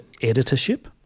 editorship